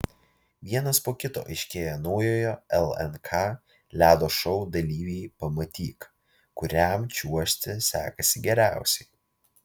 vienas po kito aiškėja naujojo lnk ledo šou dalyviai pamatyk kuriam čiuožti sekasi geriausiai